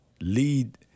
lead